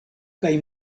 kaj